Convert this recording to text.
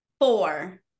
four